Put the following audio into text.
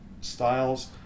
styles